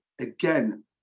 again